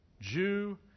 Jew